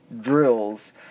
drills